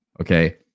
okay